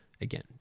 Again